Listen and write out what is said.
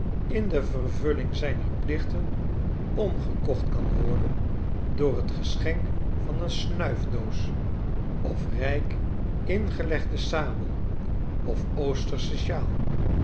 in de vervulling zijner plichten omgekocht kan worden door t geschenk van een snuifdoos of rijk ingelegde sabel of oostersche sjaal